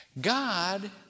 God